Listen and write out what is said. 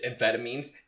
amphetamines